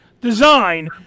design